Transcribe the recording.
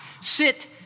sit